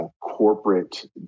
corporate